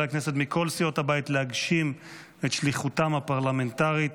הכנסת מכל סיעות הבית להגשים את שליחותם הפרלמנטרית.